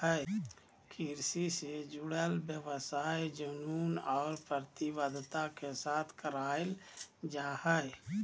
कृषि से जुडल व्यवसाय जुनून और प्रतिबद्धता के साथ कयल जा हइ